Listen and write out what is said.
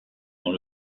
dans